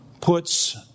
puts